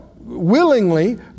willingly